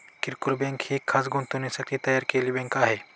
किरकोळ बँक ही खास गुंतवणुकीसाठी तयार केलेली बँक आहे